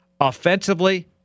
Offensively